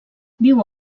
viu